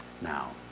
Now